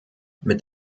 mit